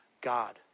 God